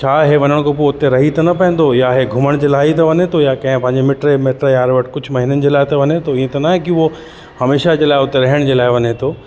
छा हे वञण खां पोइ हुते रही त न पाईंदो या हे घुमण जे लाइ त वञे थो या कंहिं पंहिंजे मिट माइट यार वटि कुझु महिननि जे लाइ त वञे थो ईअं त नाहे कि उहो हमेशह जे लाइ उते रहण जे लाइ वञे थो